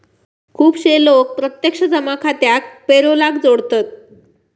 खुपशे लोक प्रत्यक्ष जमा खात्याक पेरोलाक जोडतत